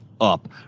up